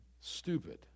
Stupid